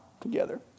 together